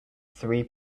three